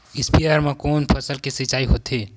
स्पीयर म कोन फसल के सिंचाई होथे?